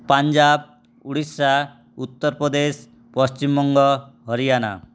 Punjab Orissa Uttar Pradesh Paschimbanga Haryana